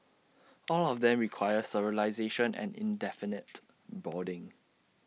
all of them require sterilisation and indefinite boarding